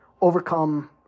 overcome